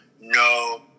No